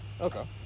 Okay